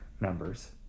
numbers